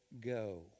go